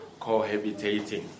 cohabitating